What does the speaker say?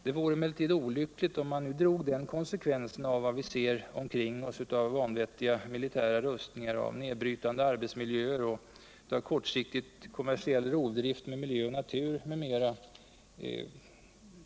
Det vore emellertid olyckligt om vi drog den konsekvensen av vad vi ser omkring oss av vanvettiga militära rustningar, av nedbrytande arbetsmiljöer, av kortsiktig kommersiell rovdrift med miljö och natur m.m.